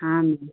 हाँ मैम